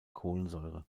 kohlensäure